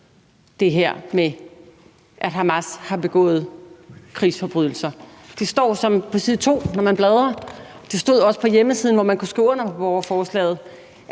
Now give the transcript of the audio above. det her med, at Hamas har begået krigsforbrydelser, står i borgerforslaget. Det står på side 2, når man bladrer. Det stod også på den hjemmeside, hvor man kunne skrive under på borgerforslaget,